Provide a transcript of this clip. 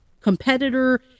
competitor